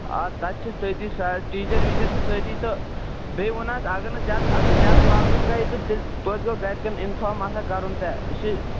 آ تَتہِ چھَس تَتی سٍتۍ ٹیٖچَر ویٖچَر چھِ تَتی تہٕ بیٚیہِ وُنہاس اَگر نہٕ زیاد اگر زیادٕ پرٛابلِم گٔیہِ تہٕ تیٚلہِ توتہِ گوٚو گرِکیٚن اِنفارَم آسان کَرُن تہٕ یہِ چھُ